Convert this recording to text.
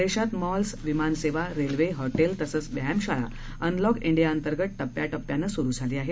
देशात मॉल्स विमानसेवा railway hotels तसंच व्यायामशाळा अनलॉक डियाअंतर्गत टप्याटप्यानं सुरु झाली आहेत